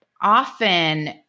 often